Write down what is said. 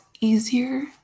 easier